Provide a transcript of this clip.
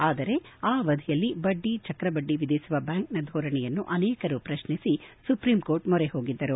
ಆದರೆ ಆ ಅವಧಿಯಲ್ಲಿ ಬಡ್ಡಿ ಚಕ್ರಬಡ್ಡಿ ವಿಧಿಸುವ ಬ್ಯಾಂಕ್ನ ಧೋರಣೆಯನ್ನು ಅನೇಕರು ಪ್ರಶ್ನಿಸಿ ಸುಪ್ರೀಂ ಕೋರ್ಟ್ ಮೊರೆ ಹೋಗಿದ್ದರು